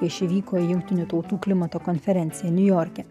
kai ši vyko į jungtinių tautų klimato konferenciją niujorke